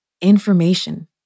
Information